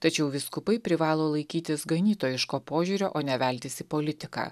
tačiau vyskupai privalo laikytis ganytojiško požiūrio o ne veltis į politiką